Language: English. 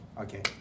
okay